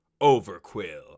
Overquill